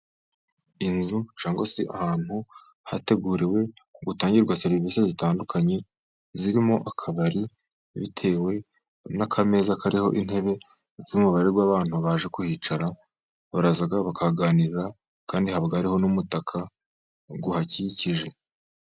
Inzu cyangwa se ahantu hateguriwe gutangirwa serivisi zitandukanye, zirimo akabari, bitewe n'akameza kariho intebe, z'umubare w'abantu baje kuhicara baraza bakahaganirira kandi hariho n'umutaka uhakikije.